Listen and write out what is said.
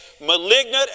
malignant